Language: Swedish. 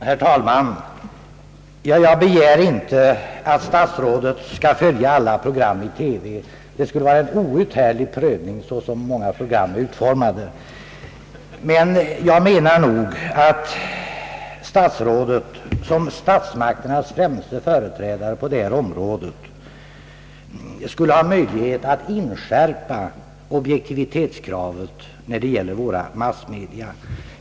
Herr talman! Jag begär inte att statsrådet skall följa alla program i TV — det skulle vara en outhärdlig prövning, så som många program är utformade! Men jag menar att statsrådet som statsmakternas främste företrädare på detta område skulle ha möjlighet att inskärpa objektivitetskravet, när det gäller våra massmedia.